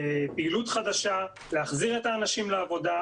לפעילות חדשה, להחזיר את האנשים לעבודה.